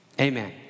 amen